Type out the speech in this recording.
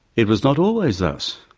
it was not always thus.